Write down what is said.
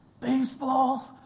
baseball